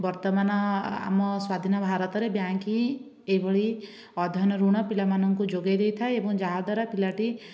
ବର୍ତ୍ତମାନ ଆମ ସ୍ୱାଧୀନ ଭାରତରେ ବ୍ୟାଙ୍କ ହିଁ ଏହିଭଳି ଅଧ୍ୟୟନ ଋଣ ପିଲାମାନଙ୍କୁ ଯୋଗେଇ ଦେଇଥାଏ ଏବଂ ଯାହାଦ୍ୱାରା ପିଲାଟି